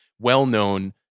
well-known